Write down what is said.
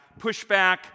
pushback